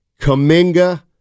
Kaminga